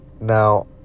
now